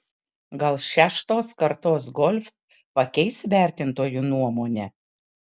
gal šeštos kartos golf pakeis vertintojų nuomonę